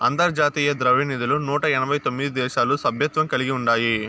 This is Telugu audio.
అంతర్జాతీయ ద్రవ్యనిధిలో నూట ఎనబై తొమిది దేశాలు సభ్యత్వం కలిగి ఉండాయి